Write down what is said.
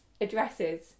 addresses